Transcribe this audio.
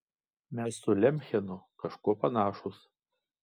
mes su lemchenu kažkuo panašūs